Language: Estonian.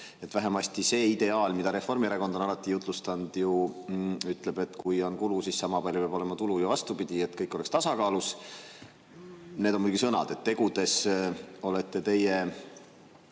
Vähemasti see ideaal, mida Reformierakond on alati jutlustanud, ütleb ju, et kui on kulu, siis sama palju peab olema tulu ja vastupidi, et kõik oleks tasakaalus. Need on muidugi sõnad. Tegudes olete teie